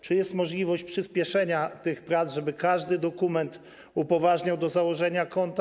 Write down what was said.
Czy jest możliwość przyspieszenia tych prac, żeby każdy dokument upoważniał do założenia konta?